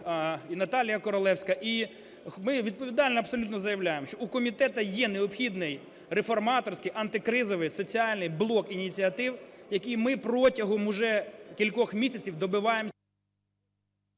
і Наталія Королевська. І ми відповідально абсолютно заявляємо, що у комітету є необхідний реформаторський антикризовий соціальний блок ініціатив, який ми протягом вже кількох місяців добиваємося…